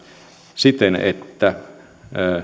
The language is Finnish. siten että